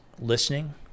listening